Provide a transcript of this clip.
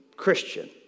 Christian